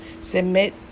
submit